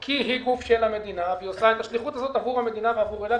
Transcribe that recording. כי היא גוף של המדינה ועושה את השליחות הזאת עבור המדינה ועבור אילת,